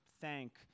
thank